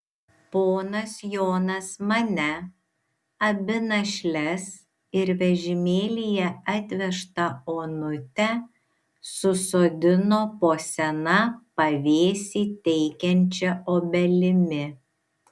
ponas jonas mane abi našles ir vežimėlyje atvežtą onutę susodino po sena pavėsį teikiančia obelimi